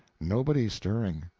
nobody stirring.